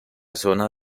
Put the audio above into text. zona